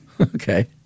okay